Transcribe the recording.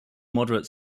moderate